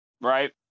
Right